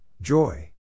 Joy